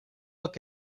look